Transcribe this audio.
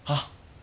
okay